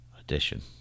edition